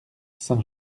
saint